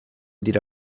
dira